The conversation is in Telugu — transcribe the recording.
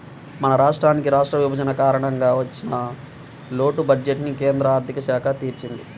మన రాష్ట్రానికి రాష్ట్ర విభజన కారణంగా వచ్చిన లోటు బడ్జెట్టుని కేంద్ర ఆర్ధిక శాఖ తీర్చింది